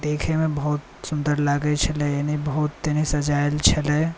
देखयमे बहुत सुन्दर लागैत छलै बहुत सजायल छलै